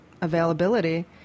availability